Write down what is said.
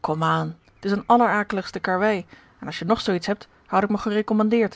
komaan het is een allerakeligste karrewei en als je nog zoo iets hebt houd ik me